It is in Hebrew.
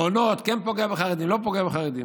ומעונות, כן פוגע בחרדים או לא פוגע בחרדים.